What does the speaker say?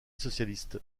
socialiste